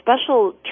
special